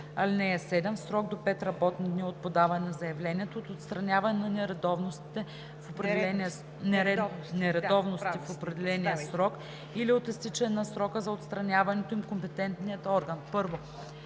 (7) В срок до 5 работни дни от подаване на заявлението, от отстраняване на нередовностите в определения срок или от изтичане на срока за отстраняването им, компетентният орган: